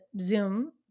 Zoom